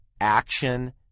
action